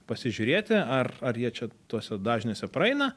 pasižiūrėti ar ar jie čia tuose dažniuose praeina